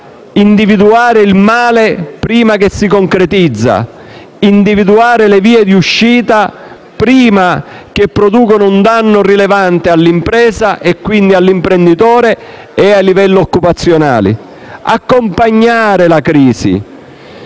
individuare il male prima che si concretizzi; occorre individuare le vie di uscita prima che producano un danno rilevante all'impresa e, quindi, all'imprenditore e ai livelli occupazionali. Bisogna accompagnare la crisi: